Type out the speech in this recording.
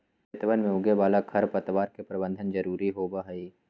खेतवन में उगे वाला खरपतवार के प्रबंधन जरूरी होबा हई